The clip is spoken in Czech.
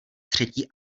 třetí